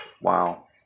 Wow